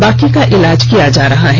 षेष का इलाज किया जा रहा है